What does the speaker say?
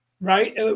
right